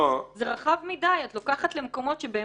את לוקחת את זה למקומות שכל